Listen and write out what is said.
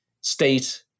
state